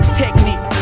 technique